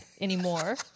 anymore